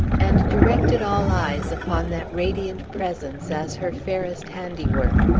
and directed all eyes upon that radiant presence, as her fairest handiwork.